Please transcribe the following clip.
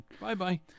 Bye-bye